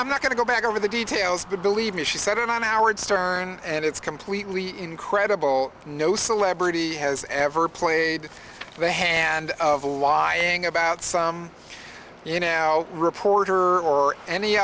i'm not going to go back over the details but believe me she said it on howard stern and it's completely incredible no celebrity has ever played the hand of a lying about some you know reporter or any